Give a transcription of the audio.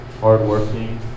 hard-working